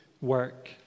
work